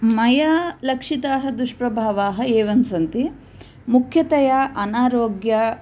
मया लक्षिताः दुष्प्रभावाः एवं सन्ति मुख्यतया अनारोग्यः